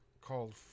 called